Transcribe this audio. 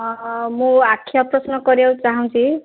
ମୁଁ ଆଖି ଅପରେସନ୍ କରିବାକୁ ଚାହୁଁଛି